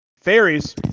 fairies